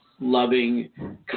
loving